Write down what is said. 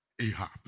Ahab